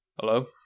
Hello